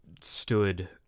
stood